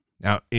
Now